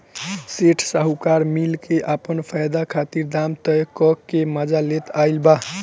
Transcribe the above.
सेठ साहूकार मिल के आपन फायदा खातिर दाम तय क के मजा लेत आइल बा